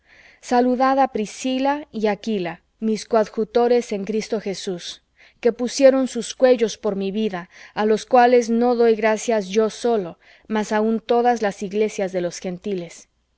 á priscila y aquila mis coadjutores en cristo jesús que pusieron sus cuellos por mi vida á los cuales no doy gracias yo solo mas aun todas las iglesias de los gentiles